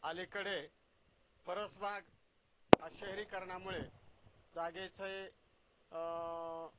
अलीकडे परसबाग हा शहरीकरणामुळे जागेचे